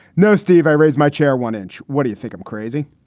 no, steve, i raise my chair one inch. what do you think? i'm crazy.